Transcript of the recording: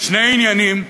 שני עניינים,